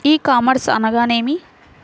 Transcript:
E commerce అనగానేమి?